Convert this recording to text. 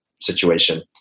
situation